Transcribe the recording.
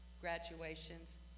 graduations